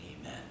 Amen